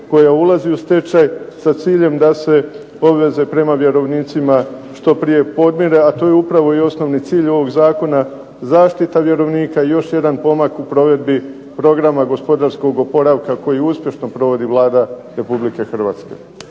koja ulazi u stečaj sa ciljem da se obveze prema vjerovnicima što prije podmire, a to je upravo i osnovni cilj ovog zakona. Zaštita vjerovnika i još jedan pomak u provedbi programa gospodarskog oporavka koji uspješno provodi Vlada Republike Hrvatske.